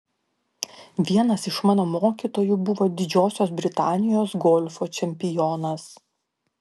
vienas iš mano mokytojų buvo didžiosios britanijos golfo čempionas